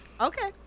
Okay